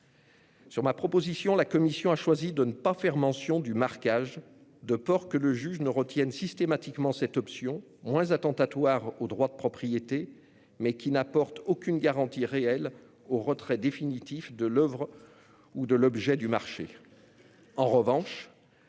Sur ma proposition, la commission a choisi de ne pas faire mention du marquage, de peur que le juge ne retienne systématiquement cette option qui, pour être moins attentatoire au droit de propriété, n'apporte aucune garantie réelle d'un retrait définitif de l'oeuvre ou de l'objet du marché.